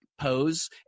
pose